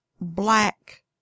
black